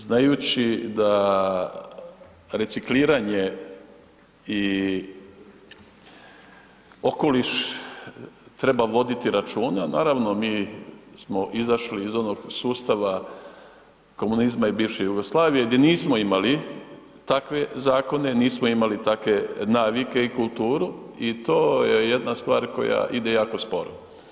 Znajući da recikliranje i okoliš treba voditi računa, naravno mi smo izašli iz onog sustava komunizma i bivše Jugoslavije di nismo imali takve zakone, nismo imali takve navike i kulturu i to je jedna stvar koja ide jako sporo.